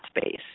space